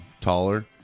taller